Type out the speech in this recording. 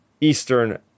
Eastern